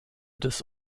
des